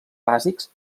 bàsics